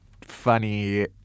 funny